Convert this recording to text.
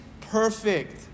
perfect